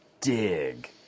dig